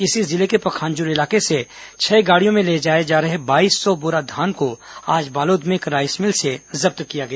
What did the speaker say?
इसी जिले के पंखाजूर इलाके से छह गाड़ियों में ले जाए जा रहे बाईस सौ बोरा धान को आज बालोद में एक राईस मिल से जब्त किया गया